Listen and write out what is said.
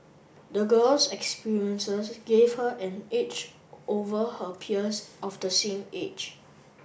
the girl's experiences gave her an edge over her peers of the same age